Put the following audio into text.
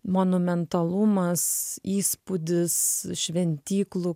monumentalumas įspūdis šventyklų